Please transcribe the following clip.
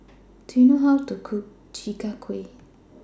Do YOU know How to Cook Chi Kak Kuih